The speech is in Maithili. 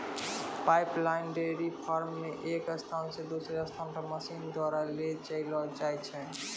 पाइपलाइन डेयरी फार्म मे एक स्थान से दुसरा पर मशीन द्वारा ले जैलो जाय छै